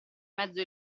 mezzo